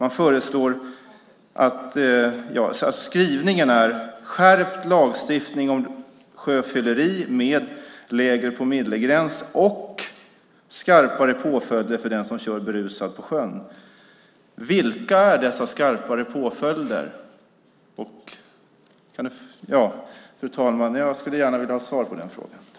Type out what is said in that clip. Skrivningen är: Skärpt lagstiftning om sjöfylleri med lägre promillegräns och skarpare påföljder för den som kör berusad på sjön. Vilka är dessa skarpare påföljder? Jag skulle gärna vilja ha ett svar på den frågan, fru talman.